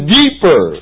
deeper